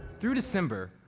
through december,